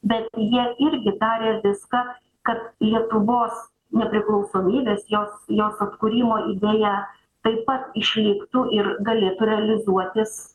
bet jie irgi darė viską kad lietuvos nepriklausomybės jos jos atkūrimo idėja taip pat išliktų ir galėtų realizuotis